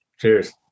Cheers